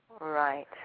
right